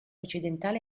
occidentale